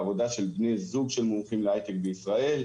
עבודה של בני זוג שמומחים להיי-טק בישראל.